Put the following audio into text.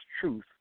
truth